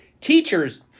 teachers